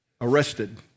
arrested